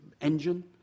engine